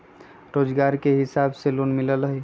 रोजगार के हिसाब से लोन मिलहई?